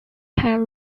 have